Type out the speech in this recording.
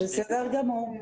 בסדר גמור.